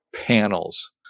panels